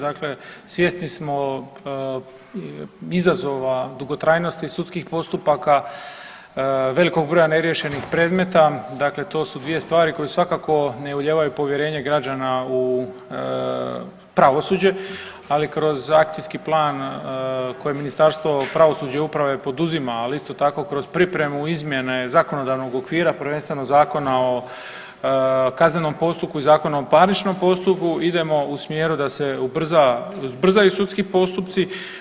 Dakle, svjesni smo izazova dugotrajnosti sudskih postupaka, velikog broja neriješenih predmeta, dakle to su dvije stvari koje svakako ne ulijevaju povjerenje građana u pravosuđe, ali kroz akcijski plan koje Ministarstvo pravosuđa i uprave poduzima, ali isto tako kroz pripremu izmjene zakonodavnog okvira, prvenstveno Zakona o kaznenom postupku i Zakona o parničnom postupku, idemo u smjeru da se ubrza, ubrzaju sudski postupci.